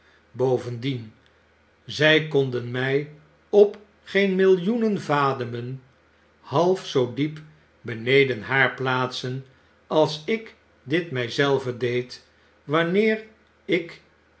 bovendien zy konden my op geen millioenen vademen half zoo diep beneden haar plaatsen als ik dit mij zelven detfd wanneer ik